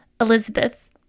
elizabeth